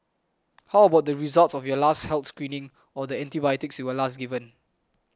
how about the results of your last health screening or the antibiotics you were last given